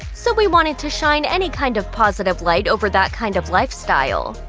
so we wanted to shine any kind of positive life over that kind of lifestyle.